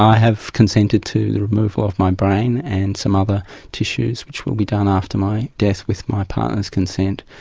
have consented to the removal of my brain and some other tissues which will be done after my death with my partner's consent.